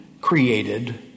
created